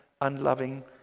unloving